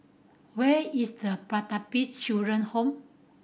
where is Pertapis Children Home